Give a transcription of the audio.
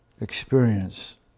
experience